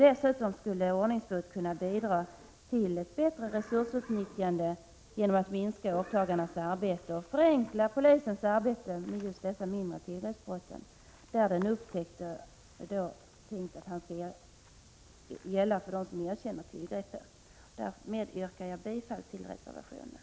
Dessutom skulle ordningsbot kunna bidra till ett bättre resursutnyttjande, genom att åklagarnas arbete minskas och polisens arbete med just dessa mindre tillgreppsbrott, där den upptäckte också erkänner tillgreppet, förenklas. Jag yrkar härmed bifall till reservationen.